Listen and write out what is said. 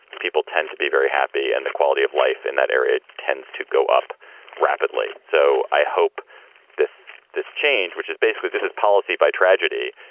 people tend to be very happy and the quality of life in that area tends to go up rapidly. so i hope this this change, which is basically this is policy by tragedy,